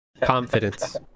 Confidence